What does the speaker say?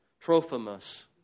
Trophimus